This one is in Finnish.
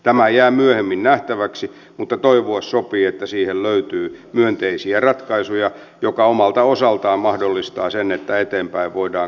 tämä jää myöhemmin nähtäväksi mutta toivoa sopii että siihen löytyy myönteisiä ratkaisuja jotka omalta osaltaan mahdollistavat sen että eteenpäin voidaan katsoa